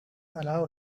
allow